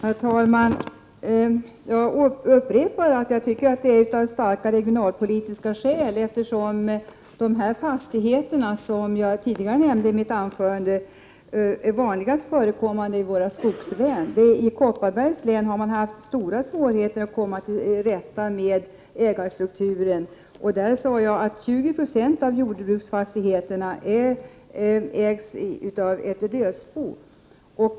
Herr talman! Jag upprepar att vi föreslår detta av starkt regionalpolitiska skäl, eftersom dessa fastigheter, som jag tidigare nämnde i mitt anförande, är vanligast förekommande i våra skogslän. I Kopparbergs län har man haft stora svårigheter att komma till rätta med ägarstrukturen. 20 90 av jordbruksfastigheterna där ägs av dödsbon.